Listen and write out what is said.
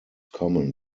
common